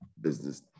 business